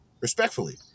respectfully